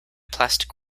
plastic